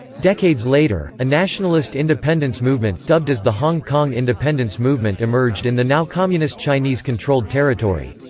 decades later, a nationalist independence movement, dubbed as the hong kong independence movement emerged in the now communist chinese controlled territory.